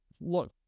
Look